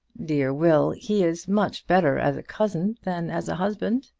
dear will. he is much better as a cousin than as a husband.